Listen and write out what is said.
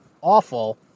awful